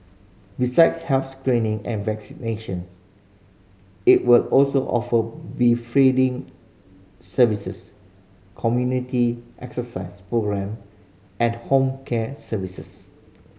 besides health screening and vaccinations it will also offer befriending services community exercise programme and home care services